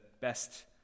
best